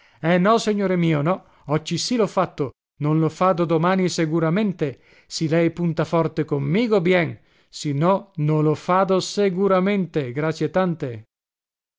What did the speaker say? eh no segnore mio no occi sì lho fatto no lo fado domani seguramente si lei punta forte con migo bien si no no lo fado seguramente gracie tante